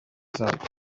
santé